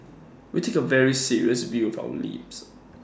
we take A very serious view of the lapse